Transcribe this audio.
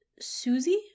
Susie